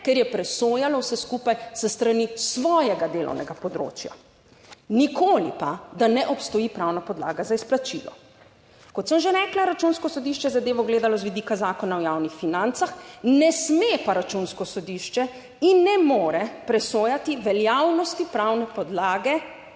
ker je presojalo vse skupaj s strani svojega delovnega področja, nikoli pa, da ne obstoji pravna podlaga za izplačilo. Kot sem že rekla, Računsko sodišče je zadevo gledalo z vidika Zakona o javnih financah, ne sme pa Računsko sodišče in ne more presojati veljavnosti pravne podlage